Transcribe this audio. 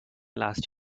last